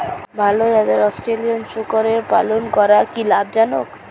ভাল জাতের অস্ট্রেলিয়ান শূকরের পালন করা কী লাভ জনক?